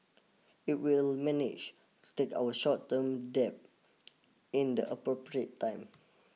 it will manage to take our short term debt in the appropriate time